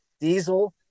diesel